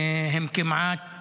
הם כמעט